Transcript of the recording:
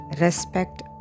respect